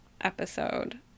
episode